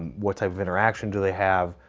what type of interaction do they have?